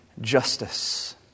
justice